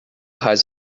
has